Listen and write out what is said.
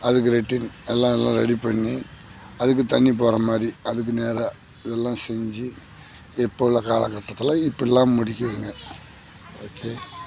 அதுக்கு லெட்டின் எல்லாம் நல்லா ரெடி பண்ணி அதுக்கு தண்ணி போகிறமாரி அதுக்கு நேராக இதெல்லாம் செஞ்சு இப்போ உள்ள காலகட்டத்தில் இப்படிலாம் முடிக்கிதுங்க ஓகே